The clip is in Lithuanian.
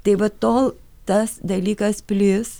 tai va tol tas dalykas plis